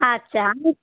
আচ্ছা আমি